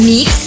Mix